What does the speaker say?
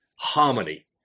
harmony